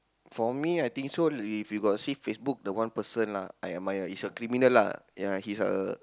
for me I think so if you got see Facebook the one person lah I admire is a criminal lah ya he's a